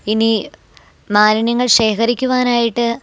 ഇനി മാലിന്യങ്ങൾ ശേഖരിക്കുവാനായിട്ട്